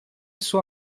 sua